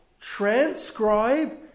transcribe